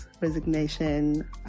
resignation